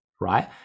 right